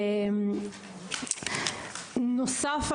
בנוסף,